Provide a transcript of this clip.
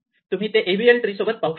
तुम्ही ते AVL tree सोबत पाहू शकता